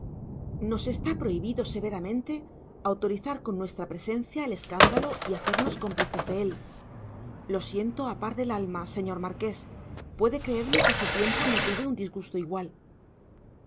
nos está prohibido severamente autorizar con nuestra presencia el escándalo y hacernos cómplices de él lo siento a par del alma señor marqués puede creerme que hace tiempo no tuve un disgusto igual